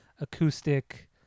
acoustic